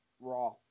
Raw